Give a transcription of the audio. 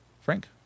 Frank